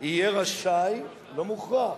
יהיה רשאי, לא מוכרח,